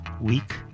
week